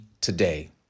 today